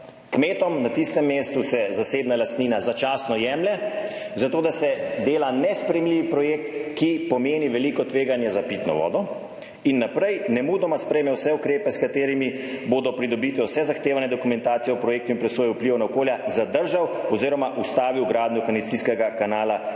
kmetom na tistem mestu se zasebna lastnina začasno jemlje, zato da se dela nesprejemljivi projekt, ki pomeni veliko tveganje za pitno vodo in naprej, nemudoma sprejme vse ukrepe s katerimi bo do pridobitve vse zahtevane dokumentacije o projektu in presoje vplivov na okolje zadržal oziroma ustavil gradnjo kanalizacijskega kanala C0